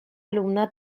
alumne